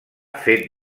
fet